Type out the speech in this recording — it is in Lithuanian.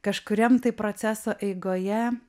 kažkuriam tai proceso eigoje